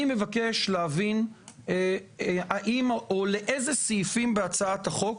להבין לאיזה סעיפים בהצעת החוק,